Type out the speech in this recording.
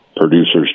producers